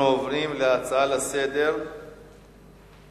אנחנו עוברים להצעות לסדר-היום בנושא: